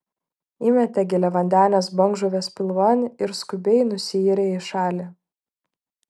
įmetė giliavandenės bangžuvės pilvan ir skubiai nusiyrė į šalį